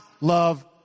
love